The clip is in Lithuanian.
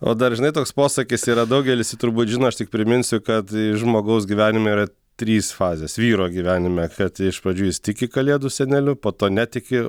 o dar žinai toks posakis yra daugelis jį turbūt žino aš tik priminsiu kad žmogaus gyvenime yra trys fazės vyro gyvenime kad iš pradžių jis tiki kalėdų seneliu po to netiki